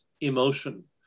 emotion